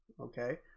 okay